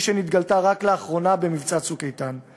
שנתגלתה רק לאחרונה במבצע "צוק איתן";